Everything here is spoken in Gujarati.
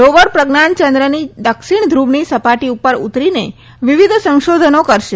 રોવર પ્રજ્ઞાન ચંદ્રની દક્ષિણ ધ્રુવની સપાટી પર ઉતરીને વિવિધ સંશોધનો કરશે